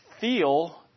feel